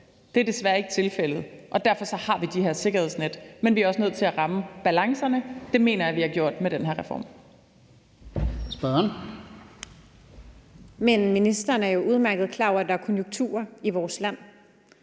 Det er desværre ikke tilfældet, og derfor har vi de her sikkerhedsnet, men vi er også nødt til at ramme balancerne. Det mener jeg vi har gjort med den her reform. Kl. 17:31 Fjerde næstformand (Lars-Christian